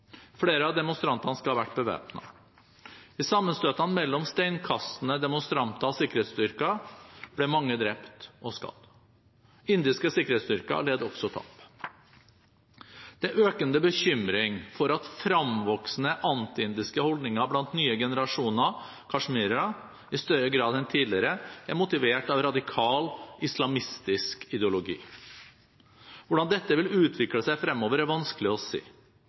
Flere av demonstrantene skal ha vært bevæpnet. I sammenstøtene mellom steinkastende demonstranter og sikkerhetsstyrkene ble mange drept og skadet. Indiske sikkerhetsstyrker led også tap. Det er økende bekymring for at fremvoksende anti-indiske holdninger blant nye generasjoner kasjmirere i større grad enn tidligere er motivert av radikal islamistisk ideologi. Hvordan dette vil utvikle seg fremover er vanskelig å si.